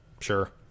sure